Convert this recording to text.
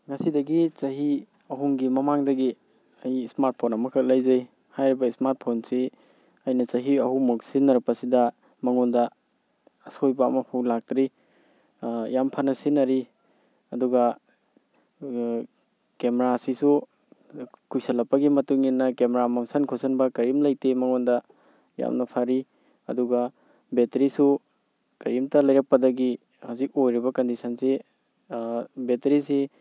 ꯉꯁꯤꯗꯒꯤ ꯆꯍꯤ ꯑꯍꯨꯝꯒꯤ ꯃꯃꯥꯡꯗꯒꯤ ꯑꯩ ꯏꯁꯃꯥꯔꯠ ꯐꯣꯟ ꯑꯃꯈꯛ ꯂꯩꯖꯩ ꯍꯥꯏꯔꯤꯕ ꯏꯁꯃꯥꯔꯠ ꯐꯣꯟꯁꯤ ꯑꯩꯅ ꯆꯍꯤ ꯑꯍꯨꯝꯃꯨꯛ ꯁꯤꯖꯤꯟꯅꯔꯛꯄꯁꯤꯗ ꯃꯉꯣꯟꯗ ꯑꯁꯣꯏꯕ ꯑꯃꯐꯥꯎ ꯂꯥꯛꯇ꯭ꯔꯤ ꯌꯥꯝ ꯐꯅ ꯁꯤꯖꯤꯟꯅꯔꯤ ꯑꯗꯨꯒ ꯀꯦꯃꯦꯔꯥꯁꯤꯁꯨ ꯀꯨꯏꯁꯜꯂꯛꯄꯒꯤ ꯃꯇꯨꯡꯏꯟꯅ ꯀꯦꯃꯦꯔꯥ ꯃꯣꯠꯁꯟ ꯈꯣꯠꯁꯟꯕ ꯀꯔꯤꯝ ꯂꯩꯇꯦ ꯃꯉꯣꯟꯗ ꯌꯥꯝ ꯐꯔꯤ ꯑꯗꯨꯒ ꯕꯦꯇꯔꯤꯁꯨ ꯀꯔꯤꯝꯇ ꯂꯩꯔꯛꯄꯗꯒꯤ ꯍꯧꯖꯤꯛ ꯑꯣꯏꯔꯤꯕ ꯀꯟꯗꯤꯁꯟꯁꯤ ꯕꯦꯇꯔꯤꯁꯤ